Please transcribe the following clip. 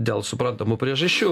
dėl suprantamų priežasčių